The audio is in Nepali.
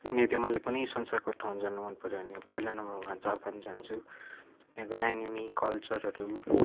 नि त्यो मलाई पनि संसारको ठाउँ जानु मन पऱ्यो भने पहिला नम्बरमा जापान जान्छु त्यहाँको एनिम कल्चरहरू